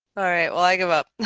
all right, well i give up,